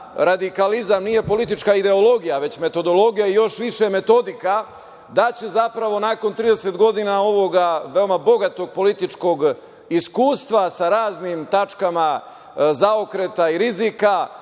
radikalizam nije politička ideologija, već metodologija i još više metodika, da će zapravo nakon 30 godina ovog veoma bogatog političkog iskustva sa raznim tačkama zaokreta i rizika